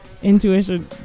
intuition